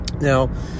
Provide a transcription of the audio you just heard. Now